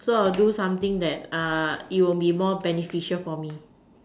so I will do something that it will be more beneficial for me